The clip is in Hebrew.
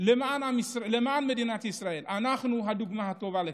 למען מדינת ישראל, אנחנו הדוגמה הטובה לכך.